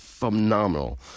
phenomenal